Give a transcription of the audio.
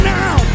now